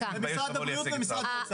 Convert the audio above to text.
הייתי מתבייש לייצג את משרד הבריאות.